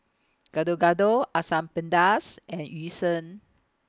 Gado Gado Asam Pedas and Yu Sheng